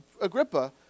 agrippa